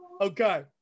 Okay